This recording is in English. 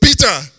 Peter